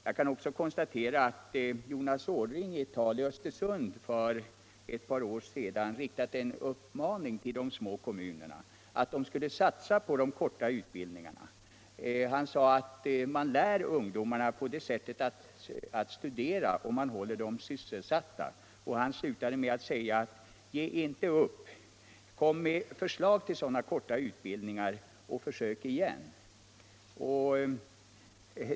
Jag kan också konstatera att Jonas Orring i ett tal i Östersund för 101 ett par år sedan har riktat en uppmaning till de små kommunerna att satsa på de korta utbildningarna. Han sade att man på det sättet lär ungdomarna att studera och håller dem sysselsatta. Han slutade med att säga: Ge inte upp utan kom med förslag till sådana korta utbildningar, och försök igen!